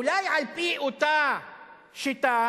אולי על-פי אותה שיטה